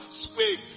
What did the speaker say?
Speak